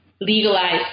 legalize